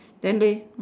then they